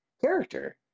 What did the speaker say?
character